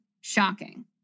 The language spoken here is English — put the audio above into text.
shocking